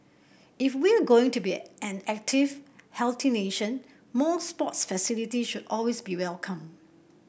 if we're going to be an active healthy nation more sports facilities should always be welcome